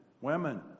women